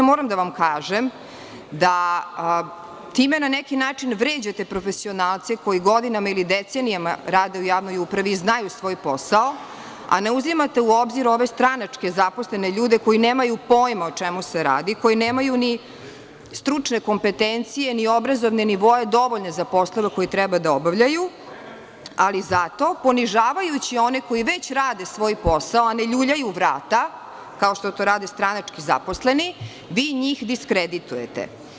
Moram vam kažem da time na neki način vređate profesionalce koji godinama ili decenijama rade u javnoj upravi i znaju svoj posao, a ne uzimate u obzir ove stranački zaposlene ljude koji nemaju pojma o čemu se radi, koji nemaju ni stručne kompetencije, ni obrazovne nivoe dovoljne za poslove koje treba da obavljaju, ali zato ponižavajući one koji već rade svoj posao, a ne ljuljaju vrata, kao što rade stranački zaposleni, vi njih diskreditujete.